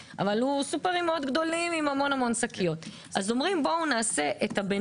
מיליון ו-20 עובדים לבין הקמעונאים הגדולים לעשות מדרג.